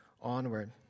onward